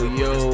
yo